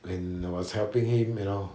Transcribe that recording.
when I was helping him you know